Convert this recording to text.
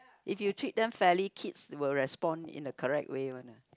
if you treat them fairly kids will respond in the correct way one lah